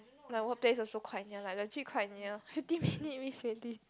my work place also quite near lah it's actually quite near fifteen minute reach already